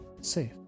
safe